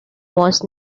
was